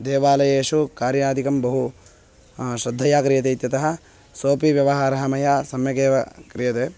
देवालयेषु कार्यादिकं बहु श्रद्धया क्रियते इत्यतः सोपि व्यवहारः मया सम्यगेव क्रियते